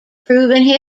proving